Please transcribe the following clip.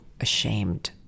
ashamed